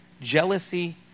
jealousy